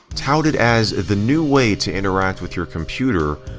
touted as the new way to interact with your computer,